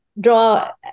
draw